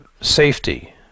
safety